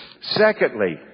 Secondly